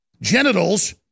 genitals